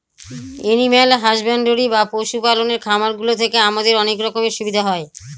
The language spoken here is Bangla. এনিম্যাল হাসব্যান্ডরি বা পশু পালনের খামার গুলো থেকে আমাদের অনেক রকমের সুবিধা হয়